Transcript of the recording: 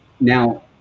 now